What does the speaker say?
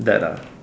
that ah